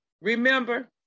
remember